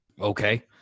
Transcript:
Okay